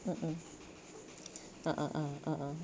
mm mm a'ah ah a'ah